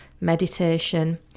meditation